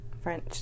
French